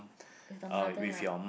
with the mother ah